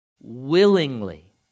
Willingly